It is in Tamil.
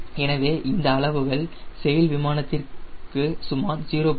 எனவே இந்த அளவுகள் செயில் விமானத்திற்கு சுமார் 0